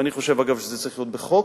אגב, אני חושב שזה צריך להיות בחוק,